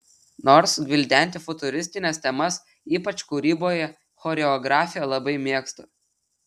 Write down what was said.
nors gvildenti futuristines temas ypač kūryboje choreografė labai mėgsta